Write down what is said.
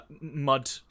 mud